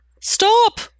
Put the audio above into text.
Stop